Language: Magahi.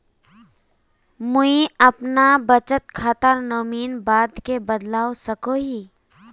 मुई अपना बचत खातार नोमानी बाद के बदलवा सकोहो ही?